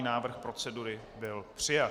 Návrh procedury byl přijat.